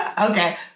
Okay